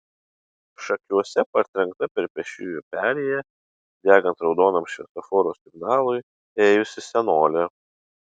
šakiuose partrenkta per pėsčiųjų perėją degant raudonam šviesoforo signalui ėjusi senolė